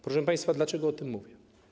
Proszę państwa, dlaczego o tym mówię?